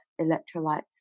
electrolytes